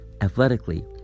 athletically